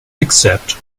except